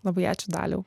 labai ačiū daliau